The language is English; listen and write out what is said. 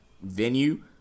venue